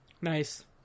Nice